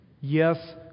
yes